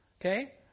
Okay